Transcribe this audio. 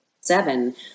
seven